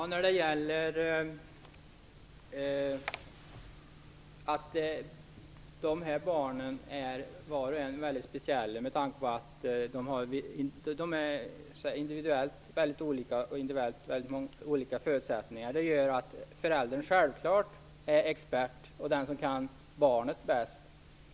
Herr talman! Vart och ett av dessa barn är mycket speciellt med tanke på att de individuellt är väldigt olika och har olika förutsättningar. Det gör att föräldern självfallet är expert och den som kan barnet bäst.